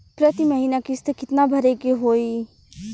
प्रति महीना किस्त कितना भरे के होई?